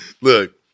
Look